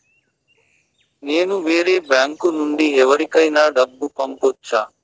నేను వేరే బ్యాంకు నుండి ఎవరికైనా డబ్బు పంపొచ్చా?